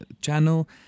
channel